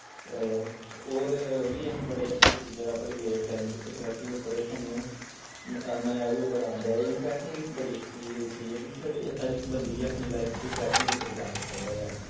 ते होर वी असीं बड़ी अच्छी अच्छी जगह् पर गे ट्रै ट्रैकिंग उप्पर साणु इयां म मजा वी आंदा इ'यां ट्रैकिंग इक बड़ी अच्छी चीज ऐ कि साढ़ी हर इक बंदे गी अपनी लाइफ च ट्रैकिंग उप्पर जाना चाहिदा ऐ